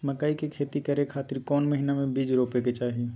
मकई के खेती करें खातिर कौन महीना में बीज रोपे के चाही?